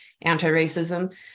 anti-racism